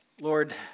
Lord